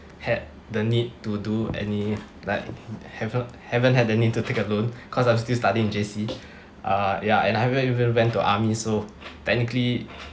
had the need to do any like haven't haven't had the need to take a loan cause I'm still studying J_C ah ya and I haven't even went to army so technically